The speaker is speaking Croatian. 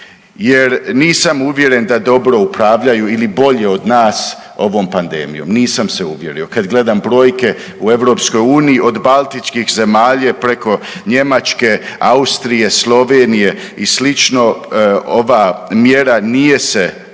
jer nisam uvjeren da dobro upravljaju ili bolje od nas ovom pandemijom. Nisam se uvjerio kad gledam brojke u EU od Baltičkih zemalja preko Njemačke, Austrije, Slovenije i slično ova mjera nije se pokazala